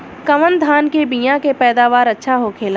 कवन धान के बीया के पैदावार अच्छा होखेला?